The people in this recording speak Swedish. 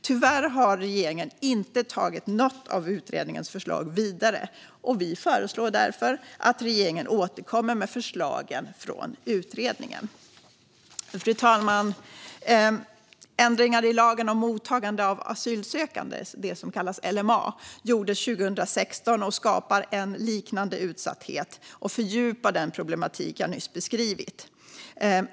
Tyvärr har regeringen inte tagit något av utredningens förslag vidare. Vi föreslår därför att regeringen återkommer med förslag utifrån utredningen. Fru talman! Ändringar i lagen om mottagande av asylsökande, som kallas LMA, gjordes 2016 och skapar en liknande utsatthet och fördjupar den problematik jag nyss beskrivit.